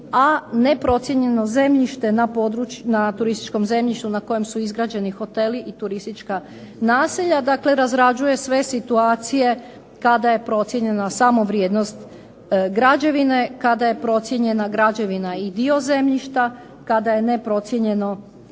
a neprocijenjeno zemljište na turističkom zemljištu na kojem su izgrađeni hoteli i turistički naselja, dakle razrađuje sve situacije kada je procijenjena samo vrijednost građevine, kada je procijenjena građevina i dio zemljišta, kada je neprocijenjeno